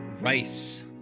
Rice